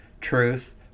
truth